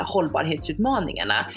Hållbarhetsutmaningarna